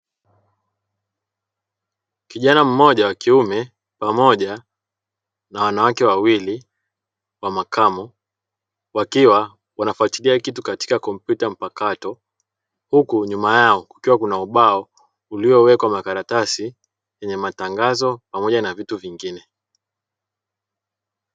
Kijana mmoja wa kiume pamoja na Wanawake wawili wa makamo wakiwa wanafatilia kitu katika kompyuta mpakato huku nyuma yao kukiwa kuna ubao uliowekwa makaratasi yenye matangazo pamoja na vitu vingine.